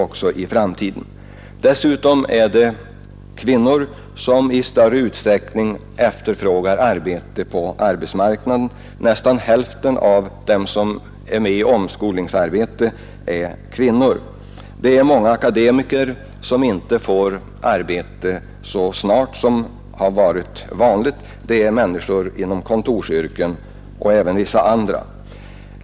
Andra kategorier som har svårigheter är kvinnor, som nu i större utsträckning än tidigare efterfrågar arbete på arbetsmarknaden — nästan hälften av dem som omskolas är kvinnor — många akademiker som inte får arbete så snart som varit vanligt, människor inom kontorsyrken och vissa andra.